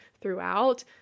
throughout